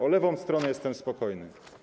O lewą stronę jestem spokojny.